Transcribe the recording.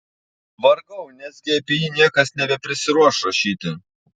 vargau nesgi apie jį niekas nebeprisiruoš rašyti